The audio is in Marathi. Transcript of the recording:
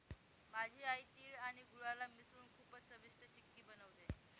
माझी आई तिळ आणि गुळाला मिसळून खूपच चविष्ट चिक्की बनवते